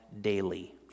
daily